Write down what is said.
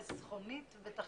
חסכונית ותחרותית.